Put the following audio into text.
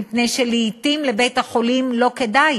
מפני שלעתים לבית-החולים לא כדאי